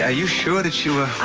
ah you sure that you.